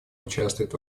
участвуют